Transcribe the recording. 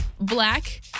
black